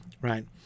Right